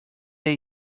del